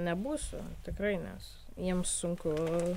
nebūsiu tikrai nes jiems sunku